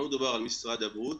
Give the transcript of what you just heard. לא מדובר על משרד הבריאות,